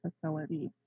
facility